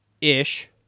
Ish